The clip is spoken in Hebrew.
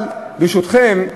אבל, ברשותכם,